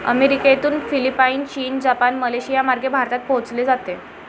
अमेरिकेतून फिलिपाईन, चीन, जपान, मलेशियामार्गे भारतात पोहोचले आहे